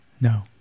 No